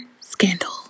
scandal